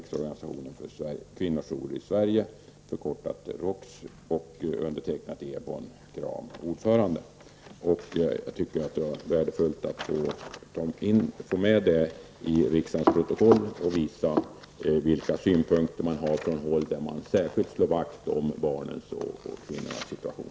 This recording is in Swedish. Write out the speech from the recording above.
Jag tycker att det är värdefullt att få med detta i riksdagens protkoll och visa vilka synpunkter man har från håll där man särskilt slår vakt om barnens och kvinnornas situation.